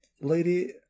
lady